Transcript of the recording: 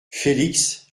félix